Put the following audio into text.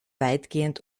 weitgehend